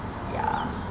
ya